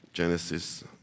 Genesis